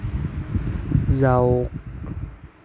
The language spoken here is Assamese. যাওক